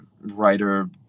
writer